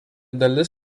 dalis